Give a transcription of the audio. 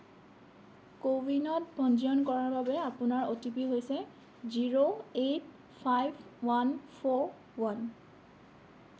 ক'ৱিনত পঞ্জীয়ন কৰাৰ বাবে আপোনাৰ অ' টি পি হৈছে zero eight five one four one